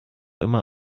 immer